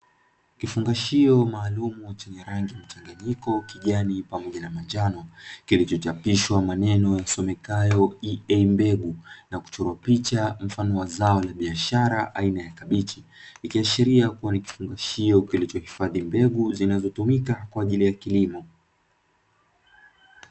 Kifungashio maalumu chenye rangi mchanganyiko kijani pamoja na manjano, kilichochapishwa maneno yasomekayo mbegu na kuchorwa picha mfano wa zao la biashara aina ya kabichi, ikiashilia kuwa ni kifungashio kilichohifadhi mbegu kwa ajili ya kilimo.